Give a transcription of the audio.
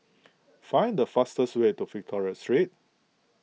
find the fastest way to Victoria Street